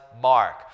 Mark